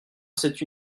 cette